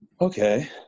okay